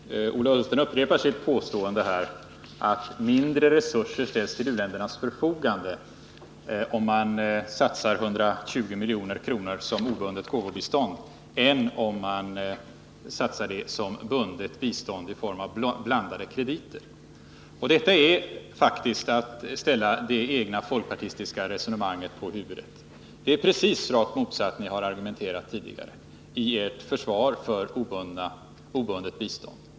Herr talman! Ola Ullsten upprepar sitt påstående här, att mindre resurser ställs till u-ländernas förfogande om man satsar 120 milj.kr. som obundet gåvobistånd än om man satsar det som bundet bistånd i form av blandade krediter. Detta är faktiskt att ställa det egna folkpartistiska resonemanget på huvudet. Det är precis rakt motsatt det ni har argumenterat för tidigare i ert försvar för obundet bistånd.